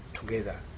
together